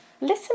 listen